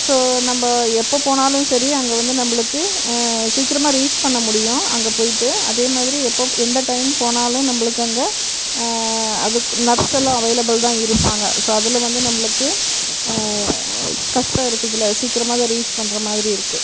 so நம்ம எப்போ போனாலும் சரி அங்கே வந்து நம்மளுக்கு சீக்கிரமாக ரீச் பண்ண முடியும் அங்கே போய்ட்டு அதேமாதிரி எப்போ எந்த டைம் போனாலும் நம்மளுக்கு அங்கே அதுக்கு நர்ஸெல்லாம் அவைளபுல் தான் இருப்பாங்க ஸோ அதில் வந்து நம்மளுக்கு கஷ்டம் இருக்கிறதில்ல சீக்கிரமாக அதை ரீச் பண்ணுறமாதிரி இருக்கு